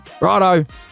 righto